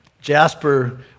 Jasper